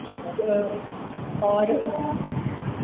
तो और